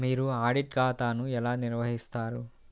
మీరు ఆడిట్ ఖాతాను ఎలా నిర్వహిస్తారు?